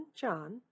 John